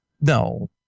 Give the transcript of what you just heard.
No